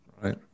Right